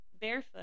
Barefoot